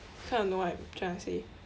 kinda know what I'm trying to say